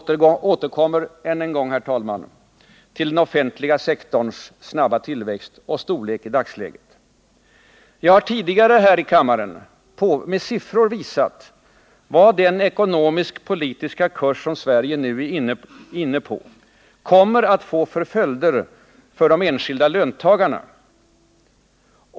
Jag återkommer, herr talman, än en gång till den offentliga sektorns snabba tillväxt och storlek i dagsläget. Jag har tidigare här i kammaren med siffror visat vad den ekonomisk-politiska kurs som Sverige nu är inne på kommer att få för följder för de enskilda löntagarna.